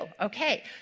okay